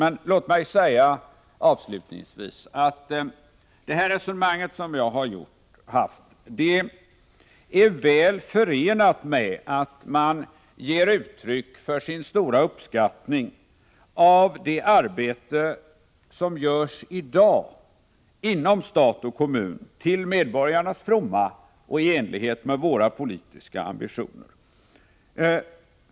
Men låt mig avslutningsvis säga att det resonemang jag fört är väl förenligt med att man ger uttryck för sin stora uppskattning av det arbete som i dag görs inom stat och kommun till medborgarnas fromma och i enlighet med våra politiska ambitioner.